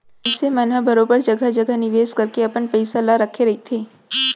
मनसे मन ह बरोबर जघा जघा निवेस करके अपन पइसा ल रखे रहिथे